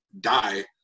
die